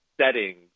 settings